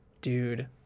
dude